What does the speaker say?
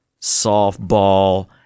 softball